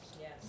Yes